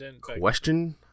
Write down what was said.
Question